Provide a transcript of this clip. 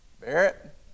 Barrett